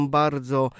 bardzo